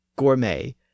gourmet